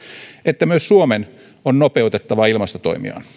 että myös suomen on nopeutettava ilmastotoimiaan